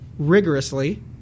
rigorously